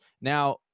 Now